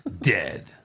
Dead